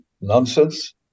nonsense